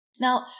Now